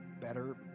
better